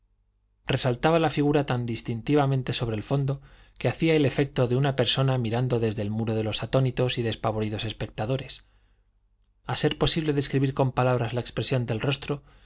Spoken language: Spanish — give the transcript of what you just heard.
resaltaba la figura tan distintamente sobre el fondo que hacía el efecto de una persona mirando desde el muro a los atónitos y despavoridos espectadores a ser posible describir con palabras la expresión del rostro